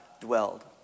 dwelled